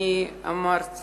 אני אמרתי